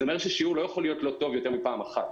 זה אומר ששיעור לא יכול להיות לא טוב יותר מפעם אחת.